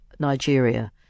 Nigeria